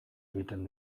egiten